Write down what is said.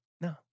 No